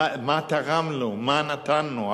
מה תרמנו, מה נתנו?